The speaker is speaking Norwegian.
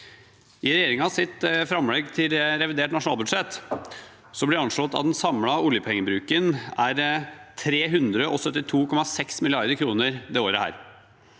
I regjeringens framlegg til revidert nasjonalbudsjett blir det anslått at den samlede oljepengebruken er 372,6 mrd. kr dette året.